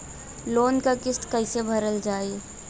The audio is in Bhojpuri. लोन क किस्त कैसे भरल जाए?